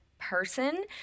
person